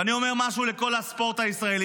ואני אומר משהו לכל הספורט הישראלי.